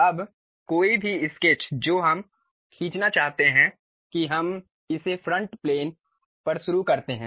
अब कोई भी स्केच जो हम खींचना चाहते हैं कि हम इसे फ्रंट प्लेन पर शुरू करते हैं